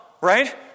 right